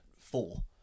four